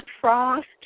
Frost